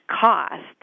cost